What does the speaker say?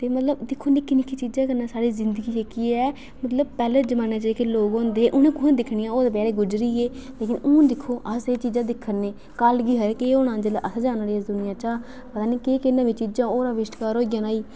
मतलब दिक्खो न निक्की निक्की चीज़ा कन्नै साढ़ी जिदंगी जेह्की ऐ मतलब पैहले जमाने च जेह्के लोक होंदे है मतलब उंने कुत्थै दिक्खनियां हियां ओह् ते बचैरे गुजरी गे लैकिन हून दिक्खो अस एह् चीज़ां दिक्खा ने कल गी खबरै केह् होना जिसलै असें जाना उठी इस दुनिया बिच्चा पता नेईं केह् होना केह् केह् नमियां चीज़ा और अविषकार होई जानियां